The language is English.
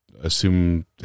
assume